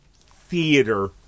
theater